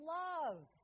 love